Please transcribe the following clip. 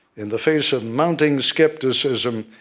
in the face of mounting skepticism,